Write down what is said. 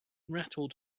rattled